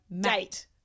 date